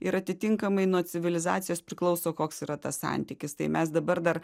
ir atitinkamai nuo civilizacijos priklauso koks yra tas santykis tai mes dabar dar